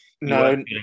no